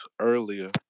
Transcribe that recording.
earlier